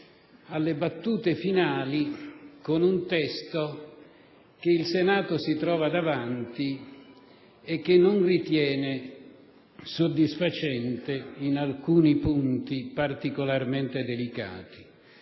alle battute finali, con un testo che il Senato si trova davanti e che non ritiene soddisfacente in alcuni punti particolarmente delicati.